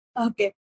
Okay